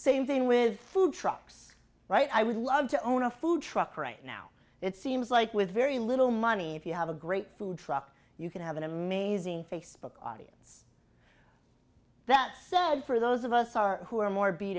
same thing with food trucks right i would love to own a food truck right now it seems like with very little money if you have a great food truck you can have an amazing facebook audience that said for those of us are who are more b